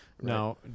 now